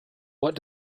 what